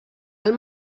del